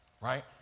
Right